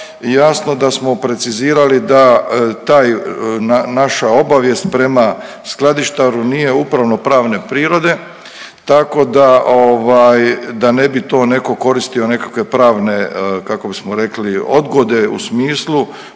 jasno da smo precizirali da ta naša obavijest prema skladištaru nije upravnopravne prirode tako da ne bi netko to koristio nekakve pravne kako bismo rekli odgode u smislu